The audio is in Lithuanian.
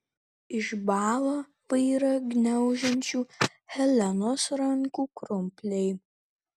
išbąla vairą gniaužiančių helenos rankų krumpliai